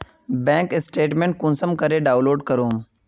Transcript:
Bank statement कुंसम करे download करूम?